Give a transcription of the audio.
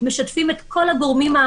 -- משתפים את כל הגורמים,